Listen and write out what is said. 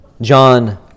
John